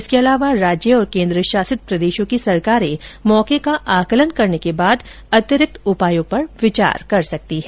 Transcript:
इसके अलावा राज्य और केंद्र शासित प्रदेशों की सरकारे मौके का आकलन करने के बाद अतिरिक्त उपायों पर विचार कर सकती हैं